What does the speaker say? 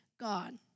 God